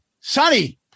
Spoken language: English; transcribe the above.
Sonny